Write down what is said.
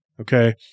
okay